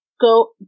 go